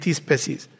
species